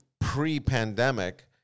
pre-pandemic